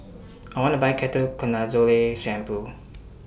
I want to Buy Ketoconazole Shampoo